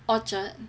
orchard